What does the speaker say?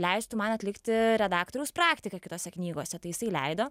leistų man atlikti redaktoriaus praktiką kitose knygose tai jisai leido